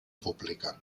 pública